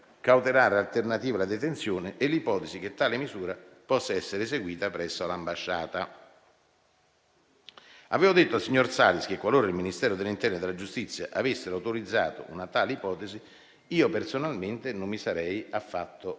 cautelare alternativa alla detenzione e l'ipotesi che tale misura possa essere eseguita presso l'ambasciata. Abbiamo detto al signor Salis che, qualora i Ministeri dell'interno e della giustizia avessero autorizzato una tale ipotesi, io personalmente non mi sarei affatto opposto.